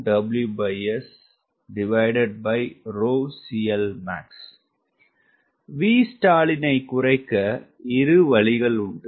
Vstall என்பது Vstall னை குறைக்க இரு வழிகள் உண்டு